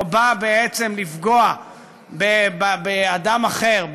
או בא בעצם לפגוע באדם אחר,